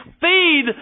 feed